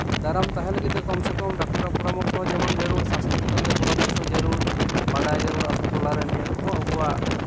ᱫᱟᱨᱟᱢ ᱛᱟᱦᱮᱸ ᱞᱟᱹᱜᱤᱫ ᱛᱮ ᱠᱚᱢ ᱥᱮ ᱠᱚᱢ ᱰᱟᱠᱛᱟᱨᱟᱜ ᱯᱚᱨᱟᱢᱚᱨᱥᱚ ᱦᱚᱸ ᱡᱮᱢᱚᱱ ᱡᱟᱹᱨᱩᱲ ᱥᱟᱥᱛᱷᱚ ᱪᱮᱛᱟᱱ ᱛᱮ ᱯᱚᱨᱟᱢᱚᱨᱥᱚ ᱦᱚᱸ ᱡᱟᱹᱨᱩᱲ ᱵᱟᱰᱟᱭ ᱡᱟᱹᱨᱩᱲ ᱟᱛᱳ ᱴᱚᱞᱟ ᱨᱮ ᱱᱤᱭᱟᱹ ᱠᱚᱦᱚᱸ ᱟᱵᱚᱣᱟᱜ